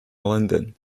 london